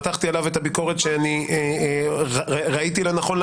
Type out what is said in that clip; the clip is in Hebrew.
מתחתי עליו את הביקורת שראיתי לנכון,